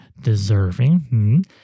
deserving